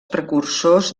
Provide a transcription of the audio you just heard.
precursors